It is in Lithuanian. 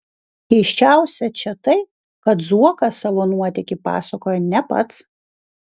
keisčiausia čia tai kad zuokas savo nuotykį pasakoja ne pats